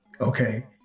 Okay